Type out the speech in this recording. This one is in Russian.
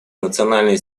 национальные